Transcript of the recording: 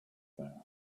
there